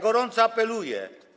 Gorąco apeluję.